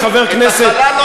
איך הדיחו אותך,